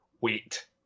wait